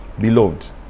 beloved